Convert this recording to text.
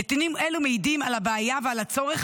נתונים אלו מעידים על הבעיה ועל הצורך